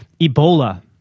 Ebola